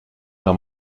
jean